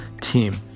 team